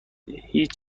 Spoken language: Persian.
هیچ